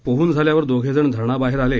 पोहून झाल्यावर दोघेजण धरणाबाहेर आले